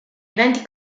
eventi